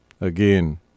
Again